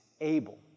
able